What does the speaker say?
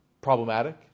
problematic